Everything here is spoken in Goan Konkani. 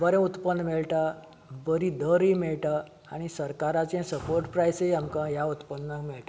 बरें उत्पन्न मेळटा बरी दरी मेळटा आनी सरकाराचे सपोर्ट प्रायसय आमकां हें उत्पन्नाक मेळटा